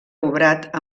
obrat